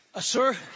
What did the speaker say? Sir